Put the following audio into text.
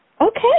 Okay